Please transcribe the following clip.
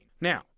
Now